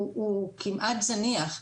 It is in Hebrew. הוא כמעט זניח.